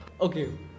Okay